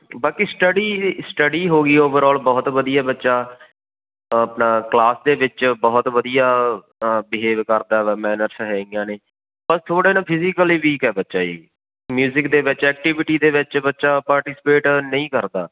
ਬਾਕੀ study study ਹੋ ਗਈ ਓਵਰਆਲ ਬਹੁਤ ਵਧੀਆ ਬੱਚਾ ਆਪਣਾ ਕਲਾਸ ਦੇ ਵਿੱਚ ਬਹੁਤ ਵਧੀਆ ਬਿਹੇਵ ਕਰਦਾ ਵਾ ਮੈਨਰਸ ਹੈਗੀਆਂ ਨੇ ਪਰ ਥੋੜ੍ਹਾ ਨਾ ਫਿਜੀਕਲੀ ਵੀਕ ਹੈ ਬੱਚਾ ਜੀ ਮਿਊਜਿਕ ਦੇ ਵਿੱਚ ਐਕਟੀਵਿਟੀ ਦੇ ਵਿੱਚ ਬੱਚਾ ਪਾਟੀਸੀਪੇਟ ਨਹੀਂ ਕਰਦਾ